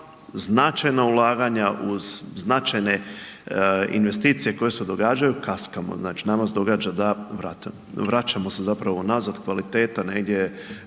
značajna ulaganja, uz značajne investicije koje se događaju, kaskamo znači. Nama se događa da vraćamo se zapravo nazad, kvaliteta negdje